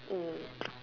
mm